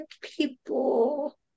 people